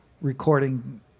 recording